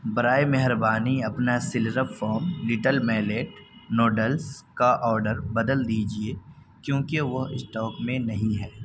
برائے مہربانی اپنا Slurrp Farm little millet noodles کا آڈر بدل دیجیے کیونکہ وہ اسٹاک میں نہیں ہے